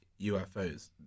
UFOs